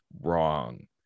wrong